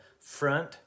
front